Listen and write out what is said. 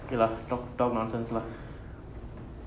K lah talk talk nonsense lah